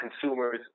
consumers